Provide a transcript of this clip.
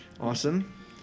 Awesome